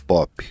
Pop